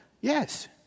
Yes